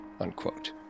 unquote